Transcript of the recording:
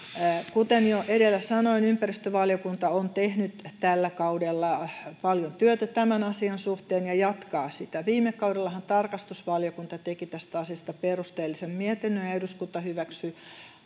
kuten jo edellä sanoin ympäristövaliokunta on tehnyt tällä kaudella paljon työtä tämän asian suhteen ja jatkaa sitä viime kaudellahan tarkastusvaliokunta teki tästä asiasta perusteellisen mietinnön ja eduskunta hyväksyi